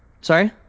sorry